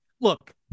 look